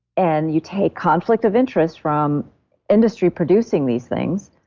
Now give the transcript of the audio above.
and you take conflict of interest from industry producing these things.